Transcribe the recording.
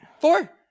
Four